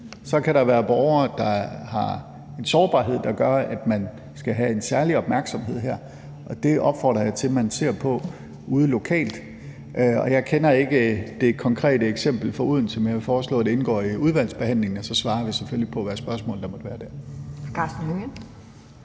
Så kan der være borgere, der har en sårbarhed, der gør, at man skal have en særlig opmærksomhed her, og det opfordrer jeg til at man ser på ude lokalt. Jeg kender ikke det konkrete eksempel fra Odense, men jeg vil foreslå, at det indgår i udvalgsbehandlingen, og så svarer vi selvfølgelig på, hvad der måtte være af spørgsmål der.